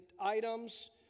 items